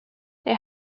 they